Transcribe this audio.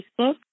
Facebook